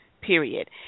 Period